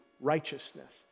righteousness